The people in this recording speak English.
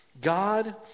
God